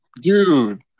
Dude